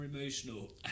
emotional